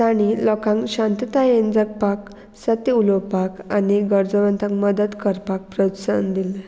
तांणी लोकांक शांततायेन जगपाक सत्य उलोवपाक आनी गरजुवंतांक मदत करपाक प्रोत्साहन दिलें